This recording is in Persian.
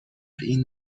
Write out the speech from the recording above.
این